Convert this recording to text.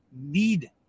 need